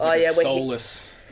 soulless